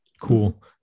Cool